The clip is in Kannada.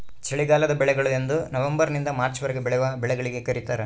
ಚಳಿಗಾಲದ ಬೆಳೆಗಳು ಎಂದನವಂಬರ್ ನಿಂದ ಮಾರ್ಚ್ ವರೆಗೆ ಬೆಳೆವ ಬೆಳೆಗಳಿಗೆ ಕರೀತಾರ